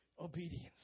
obedience